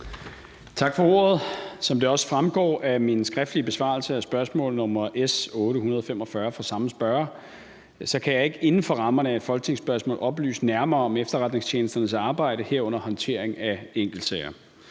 Tak for ordet. Som det også fremgår af min skriftlige besvarelse af spørgsmål nr. S 845 fra samme spørger, kan jeg ikke inden for rammerne af et folketingsspørgsmål oplyse nærmere om efterretningstjenesternes arbejde, herunder håndtering af enkeltsager.